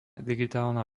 digitálna